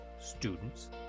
students